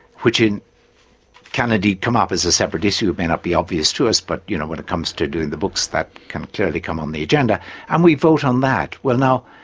which can indeed come up as a separate issue, it may not be obvious to us, but you know, when it comes to doing the books that can clearly come on the agenda and we vote on that. well now,